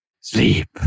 sleep